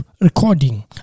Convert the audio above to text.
recording